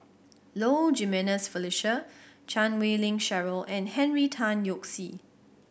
Low Jimenez Felicia Chan Wei Ling Cheryl and Henry Tan Yoke See